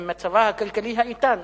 במצבה הכלכלי האיתן,